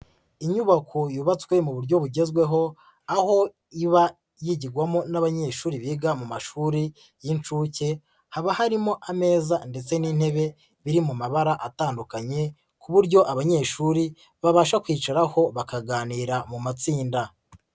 Inyubako yubatswe mu buryo bugezweho, aho iba yigirwamo n'abanyeshuri biga mu mashuri y'incuke, haba harimo ameza ndetse n'intebe biri mu mabara atandukanye ku buryo abanyeshuri babasha kwicaraho bakaganira mu matsinda.